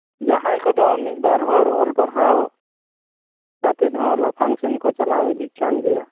ᱡᱟᱦᱟᱸᱭ ᱠᱚᱫᱚ ᱢᱤᱫ ᱵᱟᱨ ᱦᱚᱲ ᱚᱞ ᱯᱟᱲᱦᱟᱣ ᱠᱟᱛᱮ ᱦᱚᱸ ᱞᱟᱯᱷᱟᱝ ᱥᱮᱫ ᱠᱚ ᱪᱟᱞᱟᱣ ᱤᱫᱤᱜ ᱠᱟᱱ ᱜᱮᱭᱟ